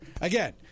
Again